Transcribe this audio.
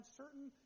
certain